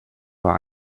war